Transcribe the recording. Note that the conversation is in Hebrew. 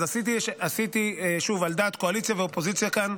אז עשיתי, שוב, על דעת קואליציה ואופוזיציה כאן,